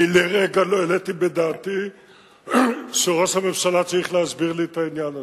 אני לרגע לא העליתי בדעתי שראש הממשלה צריך להסביר לי את העניין הזה.